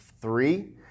three